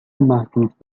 محدود